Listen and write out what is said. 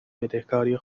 بدهکاری